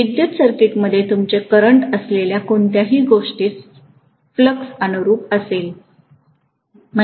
विद्युत सर्किटमध्ये तुमचे करंट असलेल्या कोणत्याही गोष्टीस फ्लक्स अनुरूप असेल